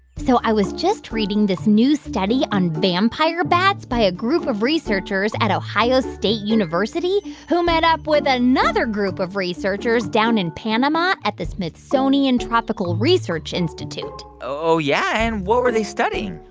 so i was just reading this new study on vampire bats by a group of researchers at ohio state university who met up with another group of researchers down in panama at the smithsonian tropical research institute oh, yeah? and what were they studying?